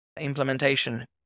implementation